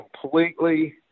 completely